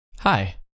Hi